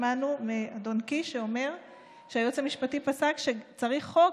שמענו מאדון קיש שאומר שהיועץ המשפטי פסק שצריך חוק,